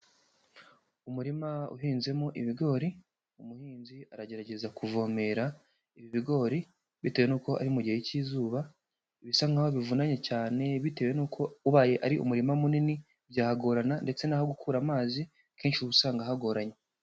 Umurima uhinzemo ibigori, umuhinzi aragerageza kuvomera ibi bigori bitewe n'uko ari mu gihe cy'izuba, bisa nkaho bivunanye cyane, bitewe n'uko ubaye ari umurima munini byagorana ndetse n'aho gukura amazi kenshi ubu usanga hagoranye.